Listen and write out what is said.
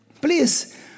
please